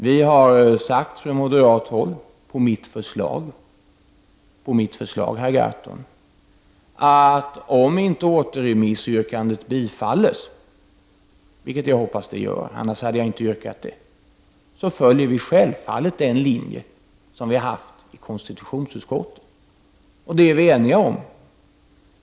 Vi har från moderat håll sagt — på mitt förslag, herr Gahrton — att om återremissyrkandet inte bifalles, vilket jag hoppas att det gör för annars hade jag ju inte yrkat på återremiss, följer vi självfallet den linje som vi drivit i konstitutionsutskottet. Det är vi eniga om.